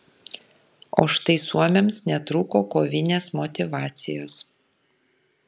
o štai suomiams netrūko kovinės motyvacijos